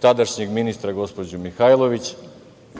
tadašnjeg ministra gospođu Mihajlović